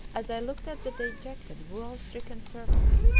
as i looked at the dejected woe-stricken servants,